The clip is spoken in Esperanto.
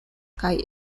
kaj